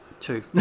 two